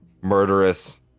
murderous